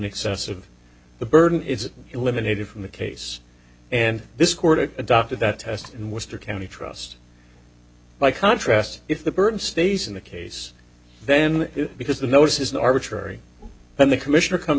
excessive the burden is eliminated from the case and this court it adopted that test in worcester county trust by contrast if the burden stays in the case then because the nose is not arbitrary and the commissioner comes